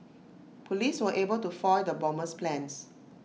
Police were able to foil the bomber's plans